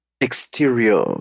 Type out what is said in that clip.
exterior